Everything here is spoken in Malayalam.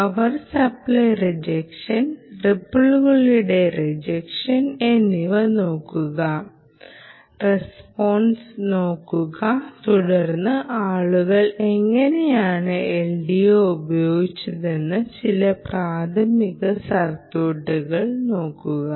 പവർ സപ്ലൈ റിജക്ഷൻ റിപ്പിളുകളുടെ റിജക്ഷൻ എന്നിവ നോക്കുക റസ്പോൺസ് നോക്കുക തുടർന്ന് ആളുകൾ എങ്ങനെയാണ് എൽഡിഒ ഉപയോഗിച്ചതെന്ന് ചില പ്രായോഗിക സർക്യൂട്ടുകൾ നോക്കുക